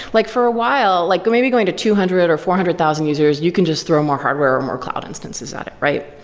like for a while, like maybe going to two hundred or four hundred thousand users, you can just throw more hardware or more cloud instances at it, right?